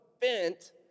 bent